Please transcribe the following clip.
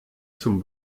zum